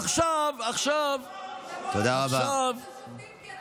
עכשיו, מה שנתניהו אמר על אולמרט, תודה רבה.